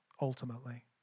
ultimately